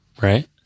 right